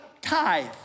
tithe